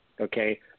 Okay